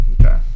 Okay